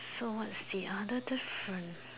so what's the other difference